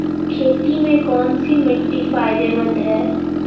खेती में कौनसी मिट्टी फायदेमंद है?